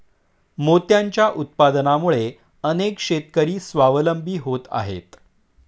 मोत्यांच्या उत्पादनामुळे अनेक शेतकरी स्वावलंबी होत आहेत